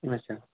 اچھا